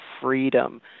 freedom